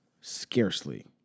scarcely